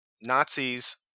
Nazis